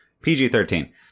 PG-13